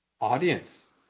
Audience